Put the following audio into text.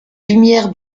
lumières